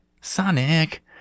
Sonic